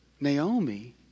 Naomi